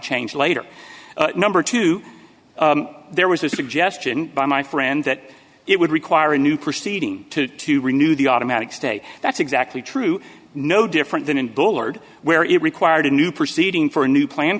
change later number two there was a suggestion by my friend that it would require a new proceeding to to renew the automatic stay that's exactly true no different than in bullard where it required a new proceeding for a new plan